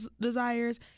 desires